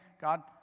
God